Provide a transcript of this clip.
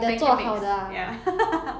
pancake mix ya